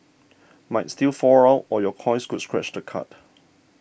might still fall out or your coins could scratch the card